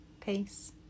peace